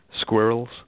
squirrels